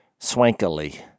swankily